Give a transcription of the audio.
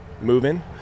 moving